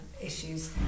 issues